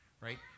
Right